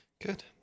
Good